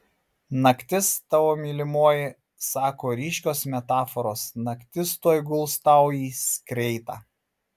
naktis tavo mylimoji sako ryškios metaforos naktis tuoj guls tau į skreitą